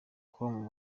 com